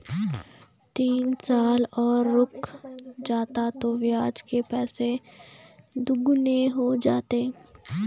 तीन साल और रुक जाता तो ब्याज के पैसे दोगुने हो जाते